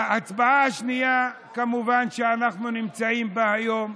ההצבעה השנייה, כמובן, אנחנו נמצאים בה היום.